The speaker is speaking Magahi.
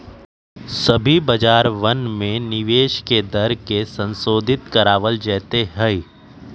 सभी बाजारवन में निवेश के दर के संशोधित करावल जयते हई